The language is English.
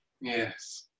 yes